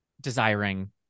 desiring